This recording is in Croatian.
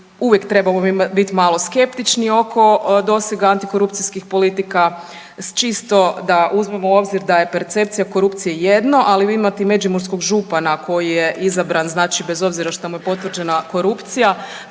uvijek trebamo biti malo skeptični oko dosega antikorupcijskih politika čisto da uzmemo u obzir da je percepcija korupcije jedno ali imati međimurskog župana koji je izabran znači bez obzira šta mu je potvrđena korupcija,